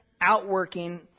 outworking